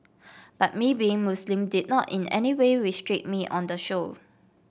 but me being Muslim did not in any way restrict me on the show